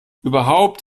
überhaupt